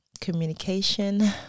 communication